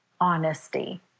honesty